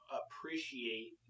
appreciate